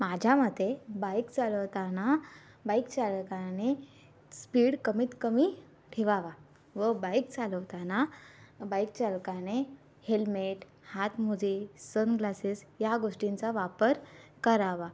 माझ्या मते बाईक चालवताना बाईक चालकाने स्पीड कमीत कमी ठेवावा व बाईक चालवताना बाईक चालकाने हेल्मेट हात मोजे सनग्लासेस ह्या गोष्टींचा वापर करावा